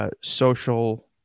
Social